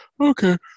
Okay